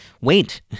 wait